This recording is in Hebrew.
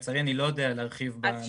לצערי אני לא יודע להרחיב בנושא הזה.